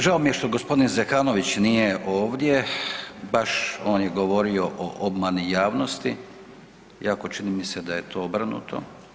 Žao mi je što g. Zekanović nije ovdje baš on je govorio o obmani javnosti, iako čini mi se da je to obrnuto.